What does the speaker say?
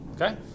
Okay